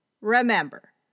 Remember